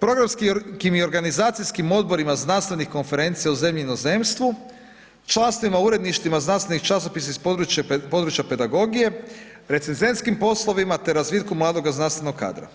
programskim i organizacijskim odborima znanstvenih konferencija u zemlji i inozemstvu, članstvima u uredništvima znanstvenih časopisa iz područja pedagogije, recenzentskim poslovima te razvitkom mladoga znanstvenog kadra.